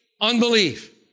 Unbelief